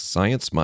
Science